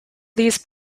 these